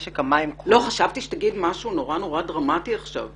חשבתי שתגיד משהו נורא דרמטי עכשיו,